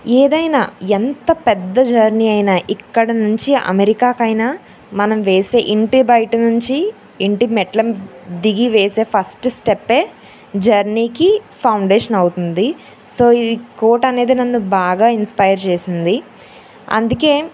ఏదైనా ఎంత పెద్ద జర్నీ అయినా ఇక్కడ నుంచీ అమెరికాకి అయినా మనం వేసే ఇంటి బయట నుంచీ ఇంటి మెట్ల దిగి వేసే ఫస్ట్ స్టెప్పే జర్నీకీ ఫౌండేషన్ అవుతుంది సో ఈ కోట్ అనేది నన్ను బాగా ఇన్స్పైర్ చేసింది అందుకే